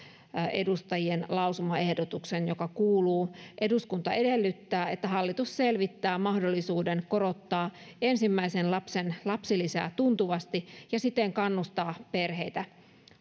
edustajien lausumaehdotuksen joka kuuluu eduskunta edellyttää että hallitus selvittää mahdollisuuden korottaa ensimmäisen lapsen lapsilisää tuntuvasti ja siten kannustaa perheitä